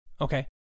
Okay